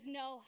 no